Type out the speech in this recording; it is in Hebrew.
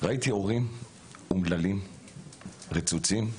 ראיתי הורים אומללים, רצוצים,